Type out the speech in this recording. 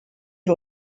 wir